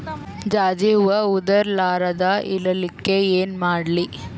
ಜಾಜಿ ಹೂವ ಉದರ್ ಲಾರದ ಇರಲಿಕ್ಕಿ ಏನ ಮಾಡ್ಲಿ?